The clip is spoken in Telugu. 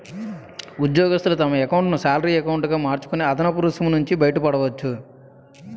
ఉద్యోగస్తులు తమ ఎకౌంటును శాలరీ ఎకౌంటు గా మార్చుకొని అదనపు రుసుము నుంచి బయటపడవచ్చు